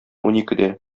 уникедә